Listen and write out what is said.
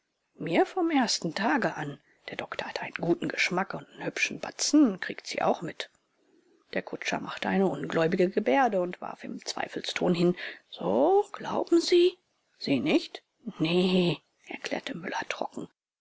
mir vom ersten tage an der doktor hat einen guten geschmack und n hübschen batzen kriegt sie auch mit der kutscher machte eine ungläubige gebärde und warf im zweifelston hin so glauben sie sie nicht nee erklärte müller trocken